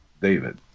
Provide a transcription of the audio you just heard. David